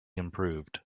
improved